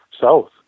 south